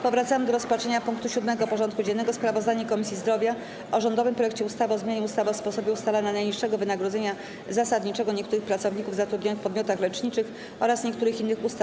Powracamy do rozpatrzenia punktu 7. porządku dziennego: Sprawozdanie Komisji Zdrowia o rządowym projekcie ustawy o zmianie ustawy o sposobie ustalania najniższego wynagrodzenia zasadniczego niektórych pracowników zatrudnionych w podmiotach leczniczych oraz niektórych innych ustaw.